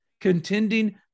Contending